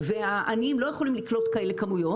והעניים לא יכולים לקלוט כמויות כאלה,